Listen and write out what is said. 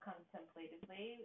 Contemplatively